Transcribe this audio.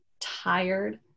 tired